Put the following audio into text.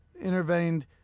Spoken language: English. intervened